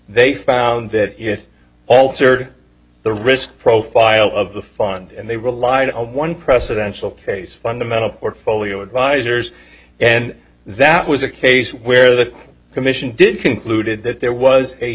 they found that it altered the risk profile of the fund and they relied on one presidential case fundamental portfolio advisors and that was a case where the commission did concluded that there was a